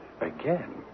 Again